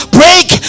break